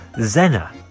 Zena